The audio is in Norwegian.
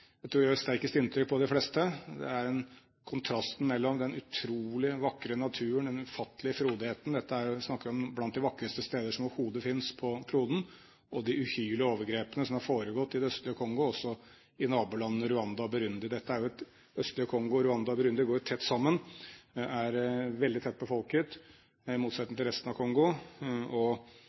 jeg tror gjør sterkest inntrykk på de fleste. Det er en kontrast mellom den utrolig vakre naturen, den ufattelige frodigheten – vi snakker om blant de vakreste steder som overhodet finnes på kloden – og de uhyrlige overgrepene som har foregått i det østlige Kongo, og også i nabolandene Rwanda og Burundi. Det østlige Kongo, Rwanda og Burundi går jo tett sammen, og er veldig tett befolket, i motsetning til resten av Kongo. Det er mye tettere samspill mellom det østlige Kongo og